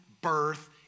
birth